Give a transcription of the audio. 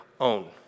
own